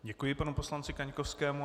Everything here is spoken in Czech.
Děkuji panu poslanci Kaňkovskému.